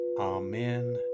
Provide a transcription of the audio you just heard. Amen